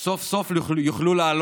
יוכלו סוף-סוף לעלות